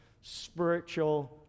spiritual